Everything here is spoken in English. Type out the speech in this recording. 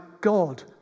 God